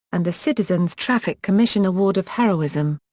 and the citizens traffic commission award of heroism.